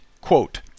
quote